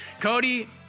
Cody